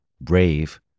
BRAVE